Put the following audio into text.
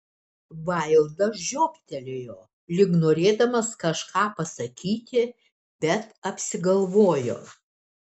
vaildas žiobtelėjo lyg norėdamas kažką pasakyti bet apsigalvojo